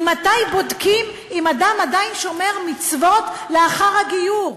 ממתי בודקים אם אדם עדיין שומר מצוות לאחר הגיור?